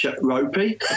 ropey